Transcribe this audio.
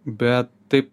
bet taip